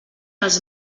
els